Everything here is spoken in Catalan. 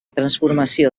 transformació